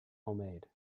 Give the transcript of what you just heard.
homemade